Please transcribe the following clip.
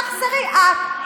תחזרי את,